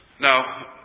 Now